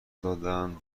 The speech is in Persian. دادن